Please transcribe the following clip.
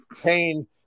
Pain